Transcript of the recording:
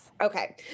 Okay